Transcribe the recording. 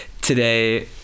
Today